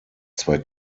zwei